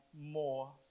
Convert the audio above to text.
more